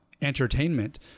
entertainment